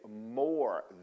more